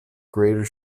greater